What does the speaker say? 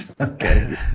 Okay